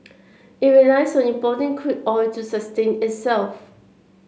it relies on importing crude oil to sustain itself